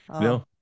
no